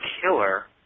killer